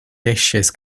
dishes